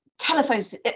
telephones